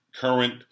current